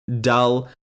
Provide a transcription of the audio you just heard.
dull